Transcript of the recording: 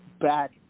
back